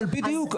אבל, בדיוק.